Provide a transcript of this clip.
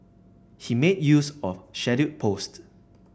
he made use of scheduled post